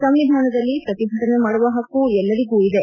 ಸಂವಿಧಾನದಲ್ಲಿ ಪ್ರತಿಭಟನೆ ಮಾಡುವ ಹಕ್ಕು ಎಲ್ಲರಿಗೂ ಇದೆ